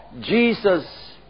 Jesus